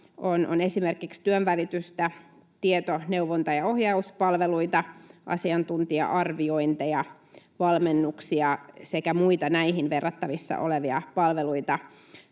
ovat esimerkiksi työnvälitystä, tieto-, neuvonta- ja ohjauspalveluita, asiantuntija-arviointeja, valmennuksia sekä muita näihin verrattavissa olevia palveluita,